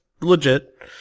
legit